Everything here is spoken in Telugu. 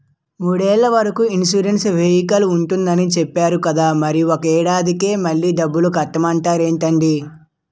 మూడేళ్ల వరకు ఇన్సురెన్సు వెహికల్కి ఉంటుందని చెప్పేరు కదా మరి ఒక్క ఏడాదికే మళ్ళి డబ్బులు కట్టమంటారేంటండీ?